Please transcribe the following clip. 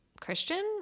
christian